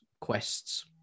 quests